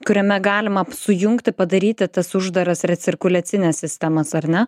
kuriame galima ap sujungti padaryti tas uždaras recirkuliacines sistemas ar ne